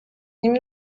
nim